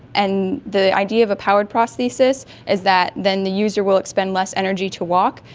and the idea of a powered prosthesis is that then the user will expend less energy to walk,